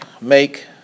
make